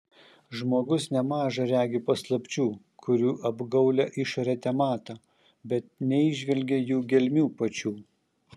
žmogus nemaža regi paslapčių kurių apgaulią išorę temato bet neįžvelgia jų gelmių pačių